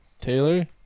taylor